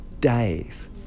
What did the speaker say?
days